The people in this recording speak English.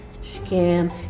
scam